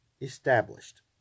established